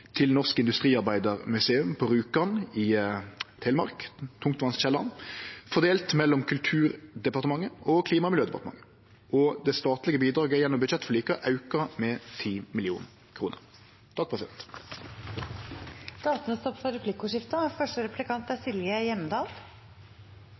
til saman 32 mill. kr til Norsk industriarbeidarmuseum på Rjukan i Telemark, Tungtvannskjelleren, fordelt mellom Kulturdepartementet og Klima- og miljødepartementet. Det statlege bidraget gjennom budsjettforliket er auka med